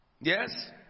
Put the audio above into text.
yes